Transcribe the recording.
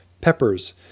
peppers